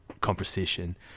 conversation